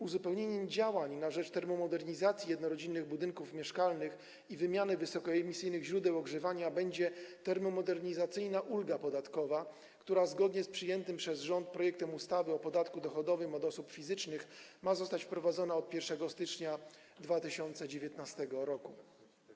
Uzupełnieniem działań na rzecz termomodernizacji jednorodzinnych budynków mieszkalnych i wymiany wysokoemisyjnych źródeł ogrzewania będzie termomodernizacyjna ulga podatkowa, która zgodnie z przyjętym przez rząd projektem ustawy o podatku dochodowym od osób fizycznych ma zostać wprowadzona od 1 stycznia 2019 r.